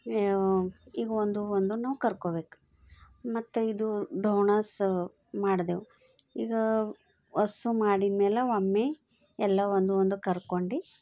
ಈಗ ಒಂದು ಒಂದುನು ಕರಕೋಬೇಕು ಮತ್ತೆ ಇದು ಢೋನಾಸ ಮಾಡಿದೆವು ಈಗ ವಸ್ಸು ಮಾಡಿದ ಮೇಲೆ ಒಮ್ಮೆ ಎಲ್ಲ ಒಂದು ಒಂದು ಕರಕೊಂಡು